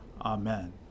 Amen